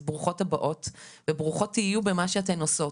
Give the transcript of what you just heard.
אז ברוכות הבאות וברוכות תהיו במה שאתן עושות,